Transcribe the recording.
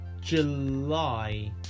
July